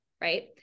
Right